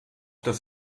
das